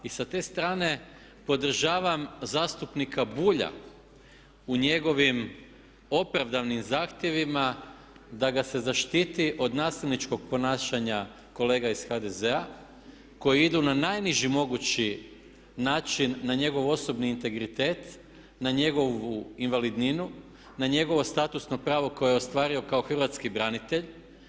I s te strane podržavam zastupnika Bulja u njegovim opravdanim zahtjevima da ga se zaštiti od nasilničkog ponašanja kolega iz HDZ-a koje idu na najniži mogući način na njegov osobni integritet, na njegovu invalidninu, na njegovo statusno pravo koje je ostvario kao hrvatski branitelj.